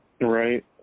right